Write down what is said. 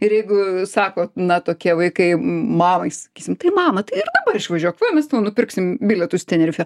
ir jeigu sako na tokie vaikai m mamai sakysim tai mama tai ir dabar išvažiuok va mes tau nupirksim bilietus į tenerifę